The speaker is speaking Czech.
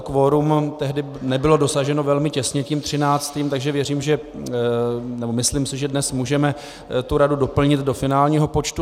Kvorum tehdy nebylo dosaženo velmi těsně tím třináctým, takže věřím, nebo myslím si, že dnes můžeme radu doplnit do finálního počtu.